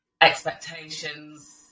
expectations